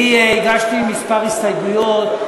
אני הגשתי כמה הסתייגויות.